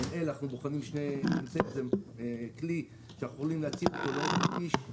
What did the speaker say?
ממא"ל אנחנו בוחנים כלי שאנחנו יכולים להציב לאורך כביש,